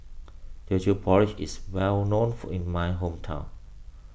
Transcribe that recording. Teochew Porridge is well known in my hometown